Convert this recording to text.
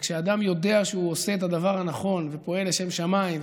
כשאדם יודע שהוא עושה את הדבר הנכון ופועל לשם שמיים,